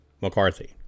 McCarthy